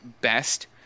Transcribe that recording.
best